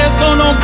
sono